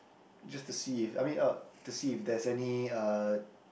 just to see if I mean uh to see if there is any uh